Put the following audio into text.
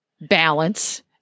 balance